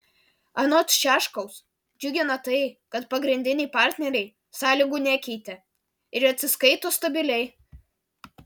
anot šiaškaus džiugina tai kad pagrindiniai partneriai sąlygų nekeitė ir atsiskaito stabiliai